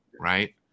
right